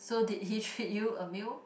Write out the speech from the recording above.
so did he treat you a meal